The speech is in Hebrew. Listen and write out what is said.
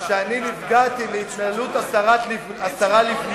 אני מסביר שאני נפגעתי מהתנהלות השרה לבנת,